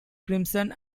crimson